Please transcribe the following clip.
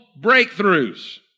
breakthroughs